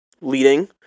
leading